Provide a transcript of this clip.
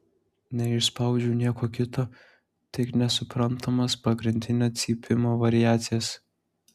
neišspaudžiau nieko kito tik nesuprantamas pagrindinio cypimo variacijas